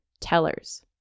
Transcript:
tellers